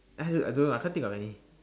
I also I don't know I can't think of any